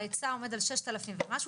ההיצע עומד על 6,000 ומשהו,